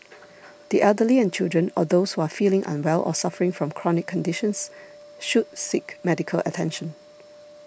the elderly and children or those who are feeling unwell or suffering from chronic conditions should seek medical attention